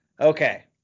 Okay